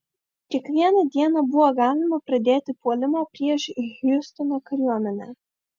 kiekvieną dieną buvo galima pradėti puolimą prieš hjustono kariuomenę